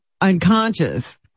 unconscious